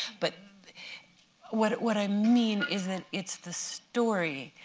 but what what i mean is that it's the story,